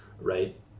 right